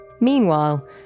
Meanwhile